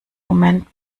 moment